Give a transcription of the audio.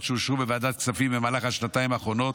שאושרו בוועדת הכספים במהלך השנתיים האחרונות,